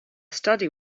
study